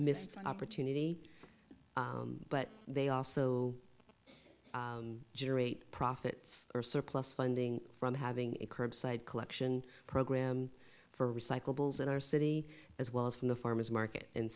missed opportunity but they also generate profits or surplus funding from having a curbside collection program for recyclables in our city as well as from the farmers market and